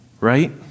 Right